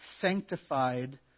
sanctified